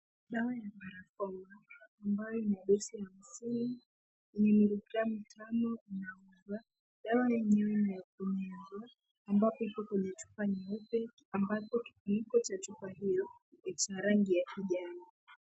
Dawa ya Biofarma ambayo ina dozi hamsini yenye miligramu tano inauzwa. Dawa yenyewe ni ya kumeza ambapo iko kwenye chupa nyeupe ambapo kifuniko cha chupa hiyo ni cha rangi ya kijani.